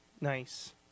Nice